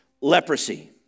leprosy